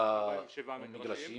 47 מגרשים.